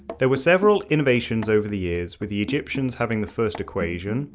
there were several innovations over the years with the egyptians having the first equation,